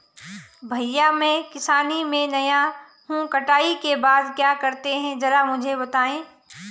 भैया मैं किसानी में नया हूं कटाई के बाद क्या करते हैं जरा मुझे बताएं?